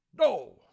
no